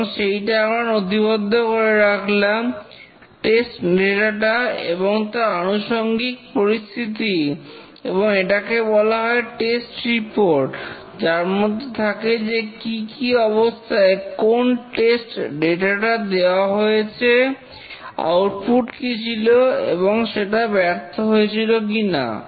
এবং সেইটা আমরা নথিবদ্ধ করে রাখলাম টেস্ট ডেটা টা এবং তার আনুষঙ্গিক পরিস্থিতি এবং এটাকে বলা হয় টেস্ট রিপোর্ট যার মধ্যে থাকে যে কি কি অবস্থায় কোন টেস্ট ডেটা টা দেওয়া হয়েছে আউটপুট কি ছিল এবং সেটা ব্যর্থ হয়েছিল কিনা